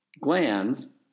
glands